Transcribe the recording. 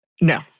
No